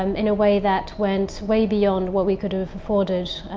um in a way that went way beyond what we could have afforded.